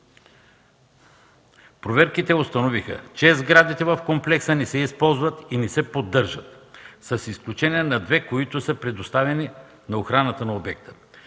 проверките установиха, че сградите в комплекса не се използват и не се поддържат, с изключение на две, които са предоставени на охраната на обекта.